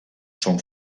són